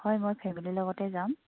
হয় মই ফেমিলীৰ লগতেই যাম